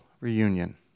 reunion